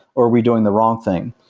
or are we doing the wrong thing?